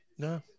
No